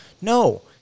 No